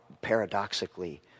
paradoxically